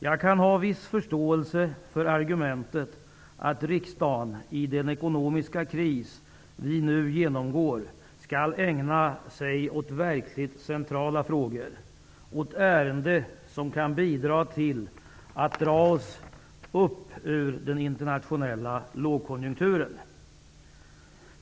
Jag kan ha viss förståelse för argumentet att riksdagen i den ekonomiska kris som vi nu genomgår skall ägna sig åt verkligt centrala frågor, åt ärenden som kan bidra till att dra oss upp ur den internationella lågkonjunkturen.